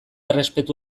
errespetu